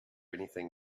anything